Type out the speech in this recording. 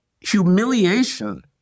humiliation